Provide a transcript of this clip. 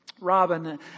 Robin